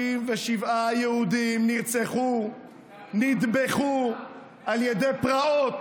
67 יהודים נרצחו, נטבחו, בפרעות